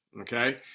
Okay